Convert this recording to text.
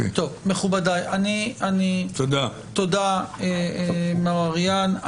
תודה, מר אריהן.